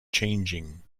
changing